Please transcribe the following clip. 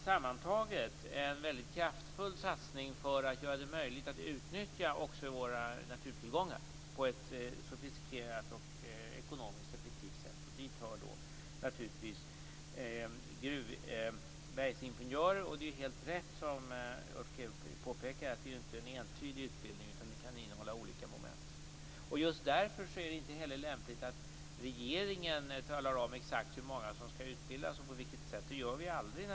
Sammantaget är detta en kraftfull satsning för att göra det möjligt att utnyttja våra naturtillgångar på ett sofistikerat och ekonomiskt effektivt sätt. Dit hör bergsingenjörer. Det är helt rätt, som Ulf Kero påpekar, att det inte är en entydig utbildning utan kan innehålla olika moment. Just därför är det inte lämpligt att regeringen talar om exakt hur många som skall utbildas och på vilket sätt. Det gör vi aldrig.